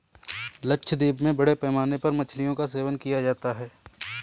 लक्षद्वीप में बड़े पैमाने पर मछलियों का सेवन किया जाता है